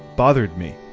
bothered me.